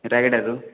ରାୟଗଡ଼ାରୁ